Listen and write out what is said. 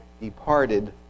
departed